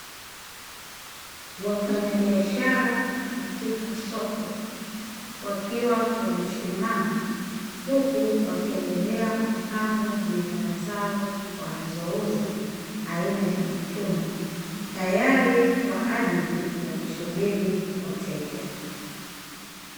Wafanyabiashara katika soko wakiwa wamesimama, huku wakiendelea kupanga bidhaa zao wanazouza aina ya matunda, tayari kwa ajili ya kusubiri wateja.